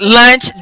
lunch